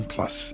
Plus